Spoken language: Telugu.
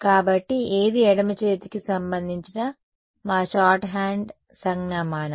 కాబట్టి ఇది ఎడమ చేతికి సంబంధించిన మా షార్ట్హ్యాండ్ సంజ్ఞామానం